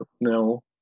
No